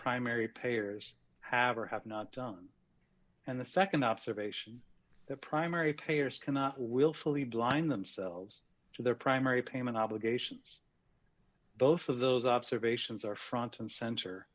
primary payers have or have not done and the nd observation the primary payers cannot willfully blind themselves to their primary payment obligations both of those observations are front and center